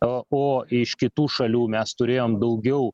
o o iš kitų šalių mes turėjom daugiau